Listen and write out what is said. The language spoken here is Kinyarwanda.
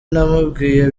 namubwiye